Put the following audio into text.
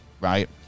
right